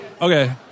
Okay